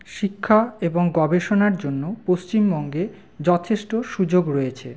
শিক্ষা এবং গবেষণার জন্য পশ্চিমবঙ্গে যথেষ্ট সুযোগ রয়েছে